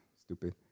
stupid